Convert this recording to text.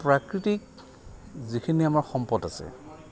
প্ৰাকৃতিক যিখিনি আমাৰ সম্পদ আছে